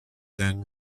then